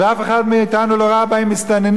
ואף אחד מאתנו לא ראה בהם מסתננים,